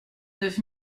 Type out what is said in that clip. neuf